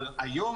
אבל היום,